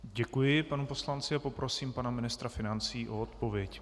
Děkuji panu poslanci a poprosím pana ministra financí o odpověď.